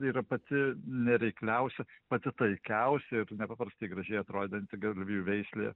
tai yra pati nereikliausia pati taikiausia ir nepaprastai gražiai atrodanti galvijų veislė